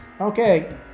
Okay